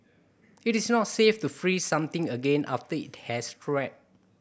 it is not safe to freeze something again after it has thawed